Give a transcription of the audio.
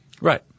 Right